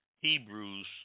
Hebrews